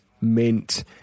mint